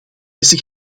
deze